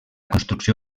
construcció